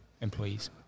employees